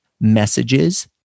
messages